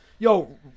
Yo